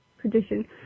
tradition